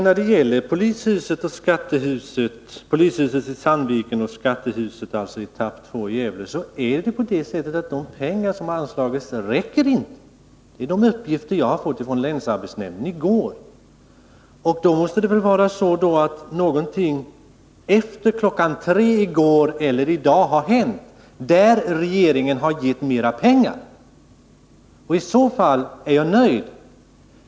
När det gäller polishuset i Sandviken och etapp 2 av skattehuset i Gävle är det så, enligt uppgifter som jag fick från länsarbetsnämnden i går, att de pengar som anslagits inte räcker. Har det hänt någonting efter kl. 3 i går eftermiddag eller i dag, som innebär att regeringen har anslagit mer pengar? Om man gjort det, är jag nöjd.